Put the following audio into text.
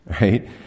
right